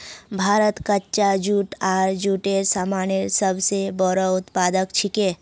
भारत कच्चा जूट आर जूटेर सामानेर सब स बोरो उत्पादक छिके